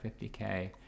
50K